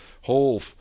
whole